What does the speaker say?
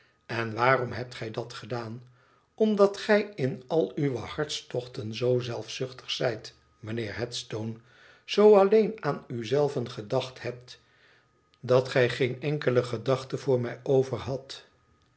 en waarom hebt gij dat gedaan omdat gij in al uwe hartstochten zoo zelfzuchtig zijt mijnheer headstone z alleen aan u zelven gedacht hebt dat gij geene enkele gedachte voor mij overhadt